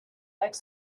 like